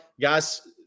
guys